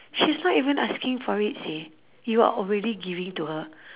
she's not even asking for it seh you are already giving to her